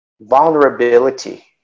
vulnerability